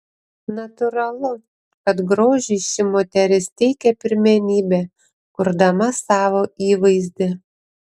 natūralu kad grožiui ši moteris teikia pirmenybę kurdama savo įvaizdį